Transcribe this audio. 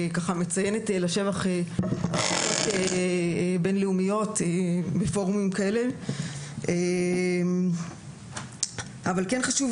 מציינת לשבח החלטות בינלאומיות בפורומים כאלה אבל אני חושבת